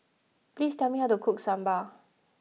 please tell me how to cook Sambar